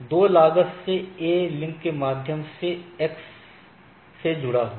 2 लागत से A link के माध्यम से X से जुड़ा हुआ है